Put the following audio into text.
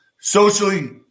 Socially